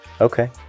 okay